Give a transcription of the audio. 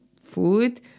food